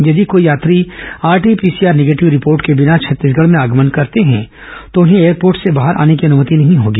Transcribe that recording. यदि कोई यात्री आरटी पीसीआर निगेटिव रिपोर्ट के बिना छत्तीसगढ़ में आगमन करते हैं तो उन्हें एयरपोर्ट से बाहर आने की अनुमति नहीं होगी